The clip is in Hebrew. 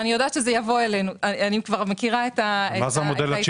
אני כבר מכירה את ההתנהלות,